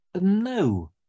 No